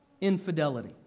infidelity